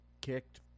kicked